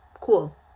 cool